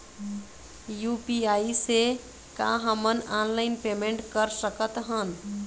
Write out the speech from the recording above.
UPI से का हमन ऑनलाइन पेमेंट कर सकत हन?